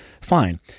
Fine